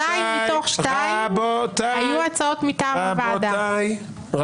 שתיים מתוך שתיים -- רבותיי ---- היו הצעות מטעם העבודה.